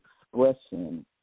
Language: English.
expression